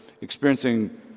experiencing